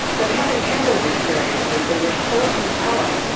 but having had those experiences, they were so compelling